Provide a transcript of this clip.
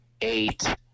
eight